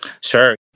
Sure